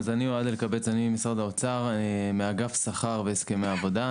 אני ממשרד האוצר מאגף שכר והסכמי עבודה.